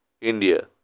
India